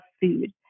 food